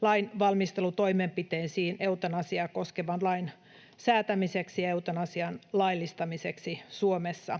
lainvalmistelutoimenpiteisiin eutanasiaa koskevan lain säätämiseksi ja eutanasian laillistamiseksi Suomessa.